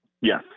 Yes